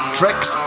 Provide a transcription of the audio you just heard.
tricks